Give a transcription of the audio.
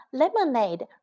lemonade